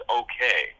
okay